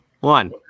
One